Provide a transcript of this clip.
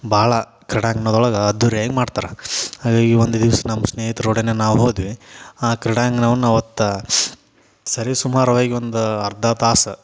ಭಾಳ ಕ್ರೀಡಾಂಗಣ್ದೊಳಗೆ ಅದ್ಧೂರಿಯಾಗಿ ಮಾಡ್ತಾರೆ ಹಾಗಾಗಿ ಒಂದು ದಿವ್ಸ ನಮ್ಮ ಸ್ನೇಹಿತರೊಡನೆ ನಾವು ಹೋದ್ವಿ ಆ ಕ್ರೀಡಾಂಗ್ಣವನ್ನು ಅವತ್ತು ಸರಿಸುಮಾರ್ವಾಗಿ ಒಂದು ಅರ್ಧ ತಾಸು